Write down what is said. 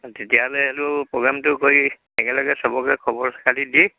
তেতিয়াহ'লে সেইটো প্ৰগ্ৰেমটো কৰি একেলগে চবকে খবৰ খাতি দি